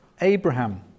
Abraham